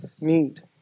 need